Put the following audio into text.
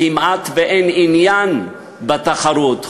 כמעט אין עניין בתחרות,